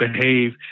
behave